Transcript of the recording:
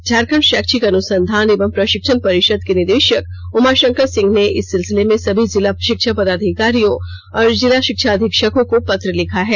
झारखंड शैक्षिक अनुसंधान एवं प्रषिक्षण परिषद के निदेषक उमाषंकर सिंह ने इस सिलसिले में सभी जिला षिक्षा पदाधिकारियों और जिला षिक्षा अधीक्षकों को पत्र लिखा है